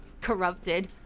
corrupted